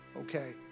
okay